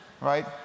right